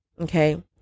Okay